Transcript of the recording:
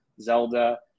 Zelda